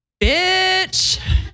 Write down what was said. Bitch